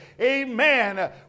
Amen